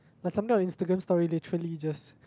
but sometimes Instagram stories literally just